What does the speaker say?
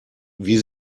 wie